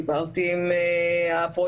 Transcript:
דיברתי עם הפרויקטור,